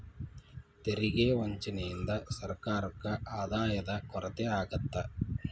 ತೆರಿಗೆ ವಂಚನೆಯಿಂದ ಸರ್ಕಾರಕ್ಕ ಆದಾಯದ ಕೊರತೆ ಆಗತ್ತ